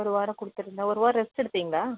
ஒரு வாரம் கொடுத்துருந்தோம் ஒரு வாரம் ரெஸ்ட்டு எடுத்திங்களா